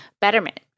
Betterment